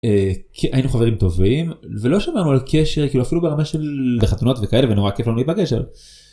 היינו חברים טובים ולא שמענו על קשר כאילו אפילו ברמה של חתונות וכאלה ונורא כיף לנו להפגש